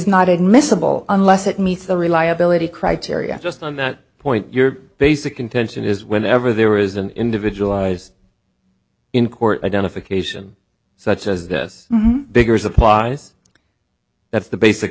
not admissible unless it meets the reliability criteria just i'm not point your basic contention is whenever there is an individual in court identification such as this biggers applies that's the basic